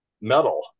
metal